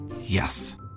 Yes